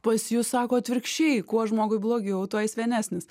pas jus sako atvirkščiai kuo žmogui blogiau tuo jis vienesnis